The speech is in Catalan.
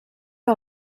que